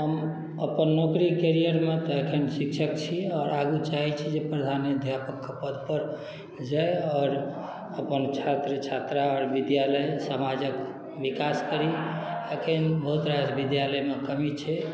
हम अपन नौकरी कैरियरमे तऽ एखन शिक्षक छी आओर आगू चाहै छी जे प्रधानाध्यापकके पदपर जाइ आओर अपन छात्र छात्रा आओर विद्यालय समाजके विकास करी एखन बहुतरास विद्यालयमे कमी छै